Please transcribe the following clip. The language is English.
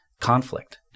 conflict